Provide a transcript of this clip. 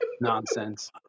Nonsense